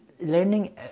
Learning